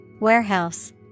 Warehouse